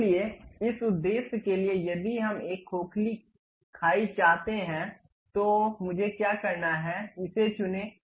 इसलिए इस उद्देश्य के लिए यदि हम एक खोखली खाई चाहते हैं तो मुझे क्या करना है इसे चुनें